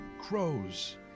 Crows